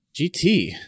GT